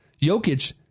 Jokic